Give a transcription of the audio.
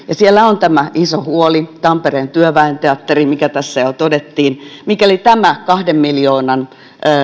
ja siellä on tämä iso huoli tampereen työväen teatteri mikä tässä jo todettiin mikäli tämä kahden miljoonan